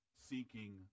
seeking